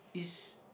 it's